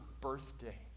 birthday